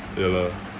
ya lah